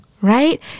Right